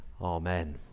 amen